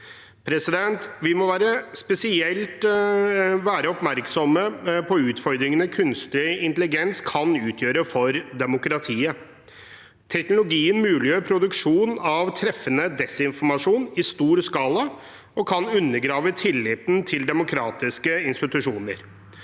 intelligens. Vi må spesielt være oppmerksomme på utfordringene kunstig intelligens kan utgjøre for demokratiet. Teknologien muliggjør produksjon av treffende desinformasjon i stor skala og kan undergrave tilliten til demokratiske institusjoner.